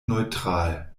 neutral